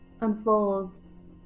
unfolds